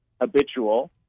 habitual